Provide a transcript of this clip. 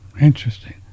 Interesting